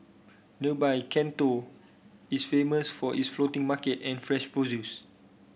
nearby Can Tho is famous for its floating market and fresh produce